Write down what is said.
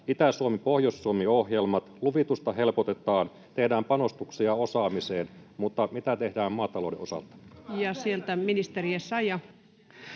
Itä-Suomi- ja Pohjois-Suomi-ohjelmat, luvitusta helpotetaan, tehdään panostuksia osaamiseen. Mutta mitä tehdään maatalouden osalta? [Speech 68] Speaker: